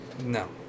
No